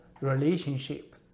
relationship